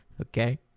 Okay